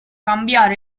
cambiar